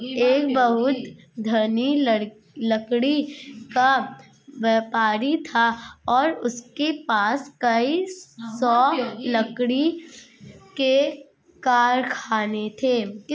एक बहुत धनी लकड़ी का व्यापारी था और उसके पास कई सौ लकड़ी के कारखाने थे